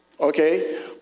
Okay